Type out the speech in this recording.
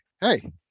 hey